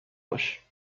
باش